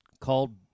called